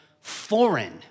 foreign